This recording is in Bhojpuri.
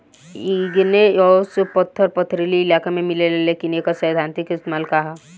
इग्नेऔस पत्थर पथरीली इलाका में मिलेला लेकिन एकर सैद्धांतिक इस्तेमाल का ह?